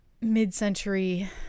Mid-century